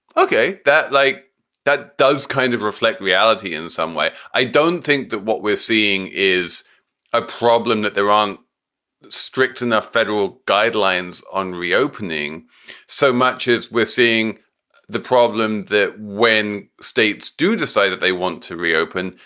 okay, that like that does kind of reflect reality in some way. i don't think that what we're seeing is a problem, that there aren't strict enough federal guidelines on reopening so much as we're seeing the problem that when states do decide that they want to reopen,